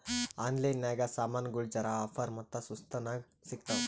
online ನಾಗ್ ಸಾಮಾನ್ಗೊಳ್ ಜರಾ ಆಫರ್ ಮತ್ತ ಸಸ್ತಾ ನಾಗ್ ಸಿಗ್ತಾವ್